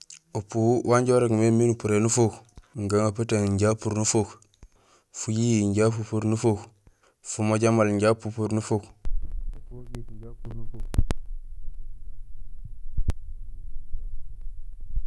Upu wanja urégmé miin upuré nufuk: gagaputung inja pupur nufuk, fujihi inja pupur nufuk, fumoja maal inja pupur nufuk, épogiit inja pupur nufuk.